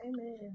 Amen